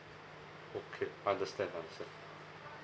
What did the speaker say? okay understand understand